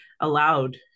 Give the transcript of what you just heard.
allowed